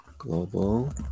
Global